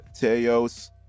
Teos